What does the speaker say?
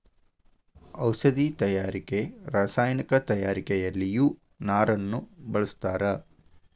ಔಷದಿ ತಯಾರಿಕೆ ರಸಾಯನಿಕ ತಯಾರಿಕೆಯಲ್ಲಿಯು ನಾರನ್ನ ಬಳಸ್ತಾರ